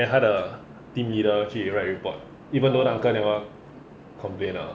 then 他的 team leader 去 write report even though 那个 uncle never complain lah